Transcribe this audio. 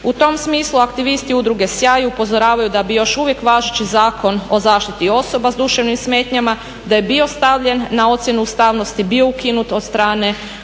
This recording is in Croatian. U tom smislu aktivisti Udruge Sjaj upozoravaju da bi još uvijek važeći zakon o zaštiti osoba sa duševnim smetnjama da je bio stavljen na ocjenu ustavnosti, bio ukinut od strane